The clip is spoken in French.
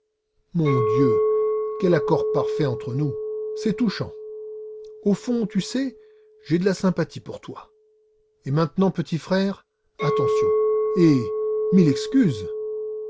mon dieu quel accord parfait entre nous c'est touchant au fond tu sais j'ai de la sympathie pour toi et maintenant petit frère attention et mille excuses